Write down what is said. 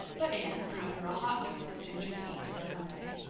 but anne brewed her hot drink of ginger tea to her comforting.